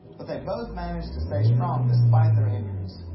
but they both managed to stay strong despite their injuries.